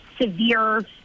severe